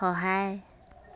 সহায়